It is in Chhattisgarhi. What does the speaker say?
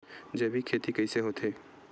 जैविक खेती कइसे होथे?